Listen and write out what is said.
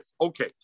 Okay